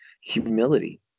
humility